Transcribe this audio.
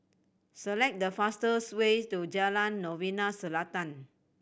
select the fastest way to Jalan Novena Selatan